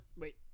wait